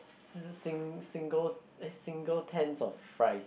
s~ s~ s~ sing~ single eh single tens of fries